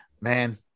Man